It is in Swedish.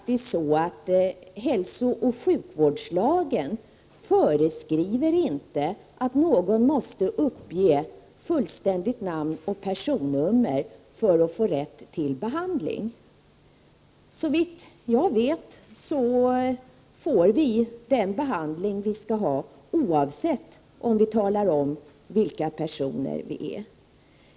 Hälsooch sjukvårdslagen föreskriver inte att någon måste uppge fullständigt namn och personnummer för att ha rätt till behandling. Såvitt jag vet får vi den behandling vi skall ha oavsett om vi talar om vilka personer vi är eller ej.